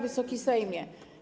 Wysoki Sejmie!